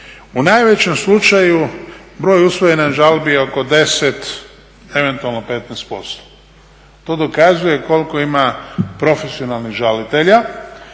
U najvećem slučaju broj usvojenih žalbi je oko 10, eventualno 15%. To dokazuje koliko ima profesionalnih žalitelja,